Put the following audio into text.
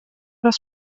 des